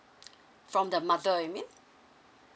from the mother you mean